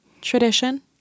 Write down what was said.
tradition